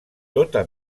tota